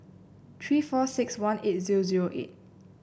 three four six one eight zero zero nine